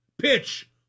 pitch